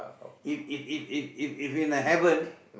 if if if if if if in the heaven